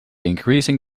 increasing